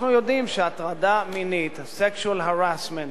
אנחנו יודעים שהטרדה מינית, sexual harassment,